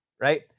right